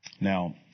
Now